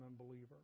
unbeliever